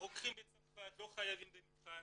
רוקחים בצרפת לא חייבים במבחן,